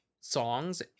songs